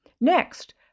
Next